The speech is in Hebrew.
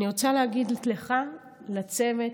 אני רוצה להגיד לך, לצוות,